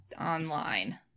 online